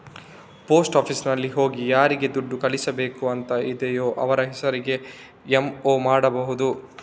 post ಆಫೀಸಿನಲ್ಲಿ ಹೋಗಿ ಯಾರಿಗೆ ದುಡ್ಡು ಕಳಿಸ್ಬೇಕು ಅಂತ ಇದೆಯೋ ಅವ್ರ ಹೆಸರಿಗೆ ಎಂ.ಒ ಮಾಡ್ಬಹುದು